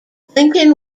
lincoln